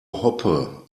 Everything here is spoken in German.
hoppe